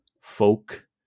folk